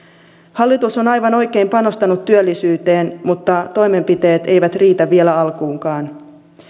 hallitus on aivan oikein panostanut työllisyyteen mutta toimenpiteet eivät riitä vielä alkuunkaan